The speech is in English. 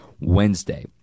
Wednesday